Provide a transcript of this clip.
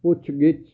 ਪੁੱਛਗਿੱਛ